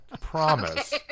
promise